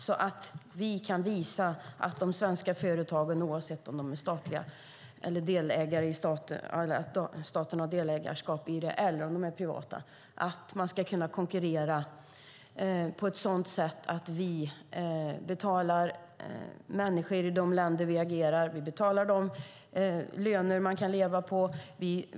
Vi ska kunna visa att de svenska företagen, oavsett om de är statliga, om staten har delägarskap i dem eller om de är privata, ska kunna konkurrera på ett sådant sätt att vi betalar människorna i de länder där vi agerar löner de kan leva på.